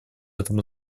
этому